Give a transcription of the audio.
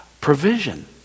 provision